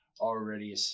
already